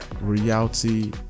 reality